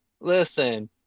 listen